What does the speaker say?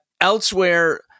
elsewhere